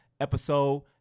episode